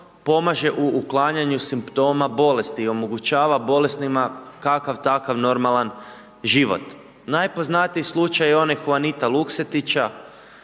pomaže u uklanjanju simptoma bolesti i omogućava bolesnima kakav takav normalan život. Najpoznatiji slučaj je onaj Huanita Luksetića,